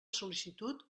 sol·licitud